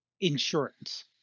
insurance